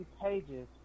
pages